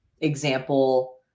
example